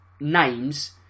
names